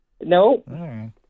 No